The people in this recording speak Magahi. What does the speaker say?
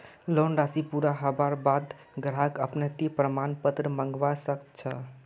लोन राशि पूरा हबार बा द ग्राहक अनापत्ति प्रमाण पत्र मंगवा स ख छ